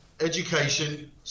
education